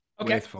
Okay